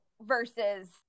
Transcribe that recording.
versus